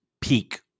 peak